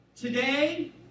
Today